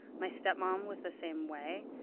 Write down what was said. my stepmom was the same way.